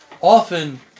Often